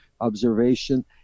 observation